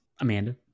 Amanda